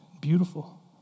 beautiful